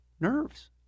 Nerves